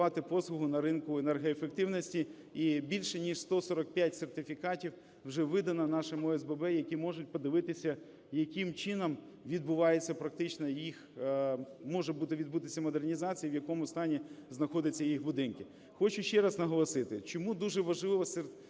послуги на ринку енергоефективності. І більш ніж 145 сертифікатів вже видано нашим ОСББ, які можуть подивитися, яким чином відбувається практично їх… може відбутися модернізація, в якому стані знаходяться їх будинки. Хочу ще раз наголосити, чому дуже важлива сертифікація